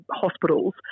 hospitals